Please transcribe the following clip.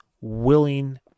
willing